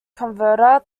converter